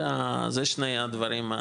זה שני הדברים.